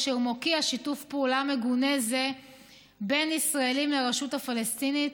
אשר מוקיע שיתוף פעולה מגונה זה בין ישראלים לרשות הפלסטינית,